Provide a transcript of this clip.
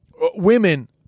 women